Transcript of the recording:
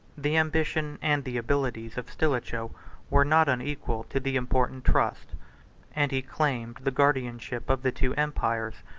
the ambition and the abilities of stilicho were not unequal to the important trust and he claimed the guardianship of the two empires,